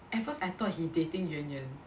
at first I thought he dating Yuan Yuan